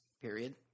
period